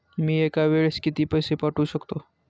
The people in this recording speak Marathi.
मी एका वेळेस किती पैसे पाठवू शकतो?